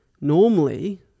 normally